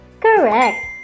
correct